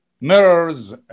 mirrors